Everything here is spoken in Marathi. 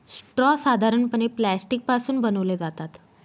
स्ट्रॉ साधारणपणे प्लास्टिक पासून बनवले जातात